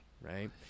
right